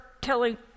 telling